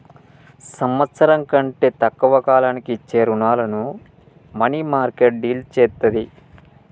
సంవత్సరం కంటే తక్కువ కాలానికి ఇచ్చే రుణాలను మనీమార్కెట్ డీల్ చేత్తది